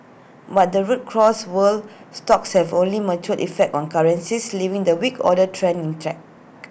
but the rout cross world stocks have only mature effect on currencies leaving the weak order trend in check